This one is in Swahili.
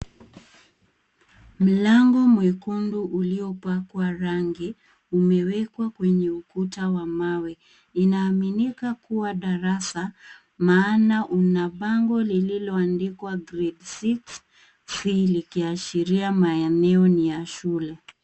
Mlango mwekundu uliopakwa rangi, umewekwa kwenye ukuta wa mawe. Inaaminika kuwa darasa maana una bango lililoandikwa grade 6C , likiashiria maeneo ni ya shule.